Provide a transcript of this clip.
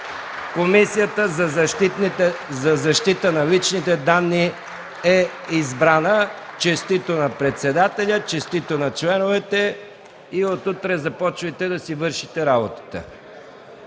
Комисията за защита на личните данни е избрана. Честито на председателя, честито на членовете! От утре започвайте да си вършите работата.